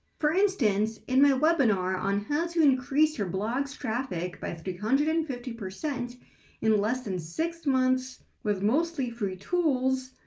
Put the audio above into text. for instance, in my webinar on how to increase your blog's traffic by three hundred and fifty percent in less than six months with mostly free tools,